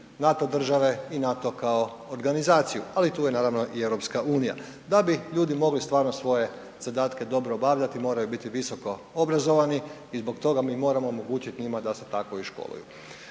NATO države i NATO kao organizaciju, ali tu je naravno i EU. Da bi ljudi mogli stvarno svoje zadatke dobro obavljati, moraju biti visoko obrazovani i zbog toga mi moramo omogućiti njima da se tako i školuju.